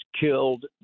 killed